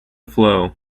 flow